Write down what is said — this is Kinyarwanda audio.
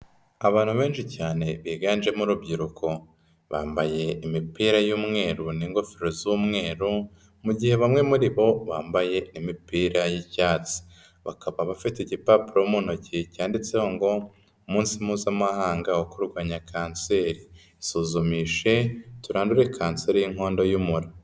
Abantu benshi cyane biganjemo urubyiruko, bambaye imipira y'umweru n'ingofero z'umweru, mu gihe bamwe muri bo bambaye imipira y'icyatsi, bakaba bafite igipapuro mu ntoki cyanditseho ngo umunsi mpuzamahanga wo kurwanya kanseri, isuzumishe, turandure Kanseri y'inkondo y'umura.